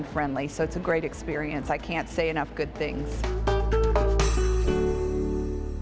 and friendly so it's a great experience i can't say enough good things